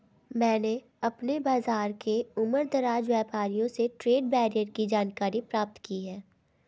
मैंने अपने बाज़ार के उमरदराज व्यापारियों से ट्रेड बैरियर की जानकारी प्राप्त की है